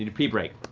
the break.